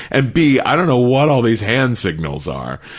and b, i don't know what all these hand signals are.